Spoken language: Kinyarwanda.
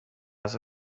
aza